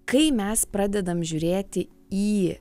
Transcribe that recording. kai mes pradedam žiūrėti į